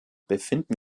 befinden